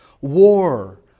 War